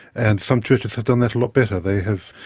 and some churches have done that a lot better they have,